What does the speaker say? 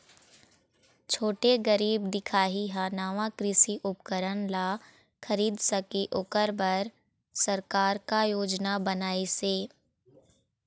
छोटे गरीब दिखाही हा नावा कृषि उपकरण ला खरीद सके ओकर बर सरकार का योजना बनाइसे?